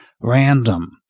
random